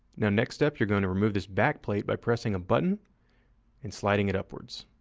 next step, you're going to remove this back plate by pressing a button and sliding it upwards.